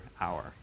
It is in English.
hour